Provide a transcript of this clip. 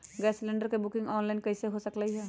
Gas cylinder के booking online कईसे हो सकलई ह?